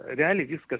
realiai viskas